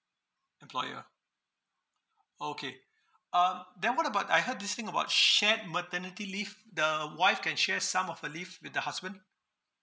employer oh okay um then what about I heard this thing about shared maternity leave the wife can share some of her leave with the husband